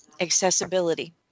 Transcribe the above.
accessibility